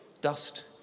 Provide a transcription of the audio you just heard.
dust